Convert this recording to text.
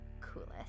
coolest